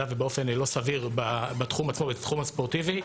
ובאופן לא סביר בתחום עצמו ובתחום הספורטיבי.